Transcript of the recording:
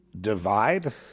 divide